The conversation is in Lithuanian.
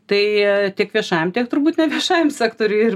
tai tiek viešajam tiek turbūt ne viešajam sektoriui ir